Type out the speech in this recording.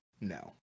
no